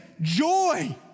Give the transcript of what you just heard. joy